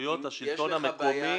בסמכויות השלטון המקומי.